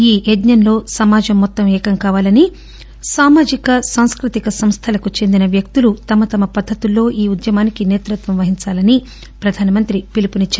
ఈ యజ్ఞంలో సమాజం మొత్తం ఏకం కావాలని సామాజిక సాంస్కృతిక సంస్థలకు చెందిన వ్యక్తులు తమ తమ పద్దతుల్లో ఈ ఉద్యమానికి సేతృత్వం వహించాలని ప్రధానమంత్రి పిలుపునిచ్చారు